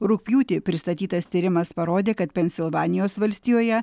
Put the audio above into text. rugpjūtį pristatytas tyrimas parodė kad pensilvanijos valstijoje